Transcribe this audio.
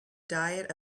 diet